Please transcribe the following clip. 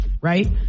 Right